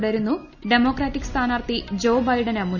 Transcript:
തുടരുന്നു ഡെമോക്രാറ്റിക് സ്ഥാനാർത്ഥി ജോ ബൈഡന് മുൻതുക്കം